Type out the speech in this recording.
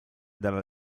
della